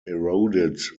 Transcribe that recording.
eroded